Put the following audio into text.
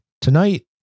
Tonight